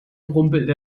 rumpelte